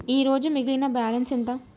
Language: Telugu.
ఈరోజు మిగిలిన బ్యాలెన్స్ ఎంత?